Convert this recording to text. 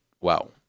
wow